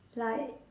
like